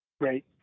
Great